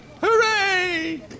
Hooray